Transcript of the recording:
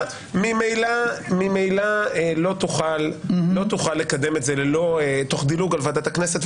ממילא לא תוכל לקדם את זה תוך דילוג על ועדת הכנסת.